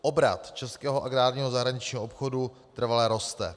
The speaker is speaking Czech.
Obrat českého agrárního zahraničního obchodu trvale roste.